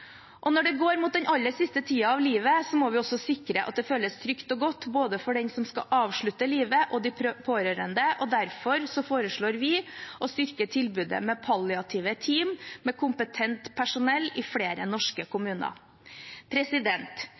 koster. Når det går mot den aller siste tiden av livet, må vi også sikre at det føles trygt og godt både for dem som skal avslutte livet, og for de pårørende. Derfor foreslår vi å styrke tilbudet med palliative team med kompetent personell i flere norske kommuner.